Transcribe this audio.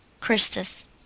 Christus